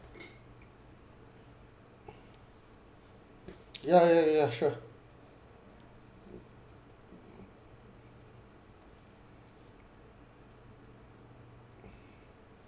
ya ya ya ya ya sure